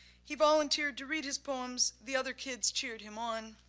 he volunteered to read his poems, the other kids cheered him on.